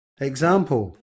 example